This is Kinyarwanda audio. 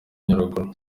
nyaruguru